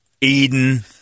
Eden